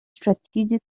strategic